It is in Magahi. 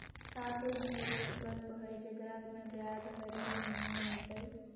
का कोई निवेस विकल्प हई, जेकरा में ब्याज हरी महीने मिलतई?